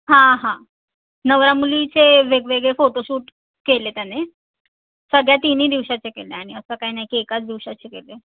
हां हां नवरा मुलीचे वेगवेगळे फोटो शूट केले त्याने सगळ्या तिन्ही दिवसाचे केले आणि असं काही नाही की एकाच दिवसाचे केले